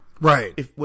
Right